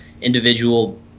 individual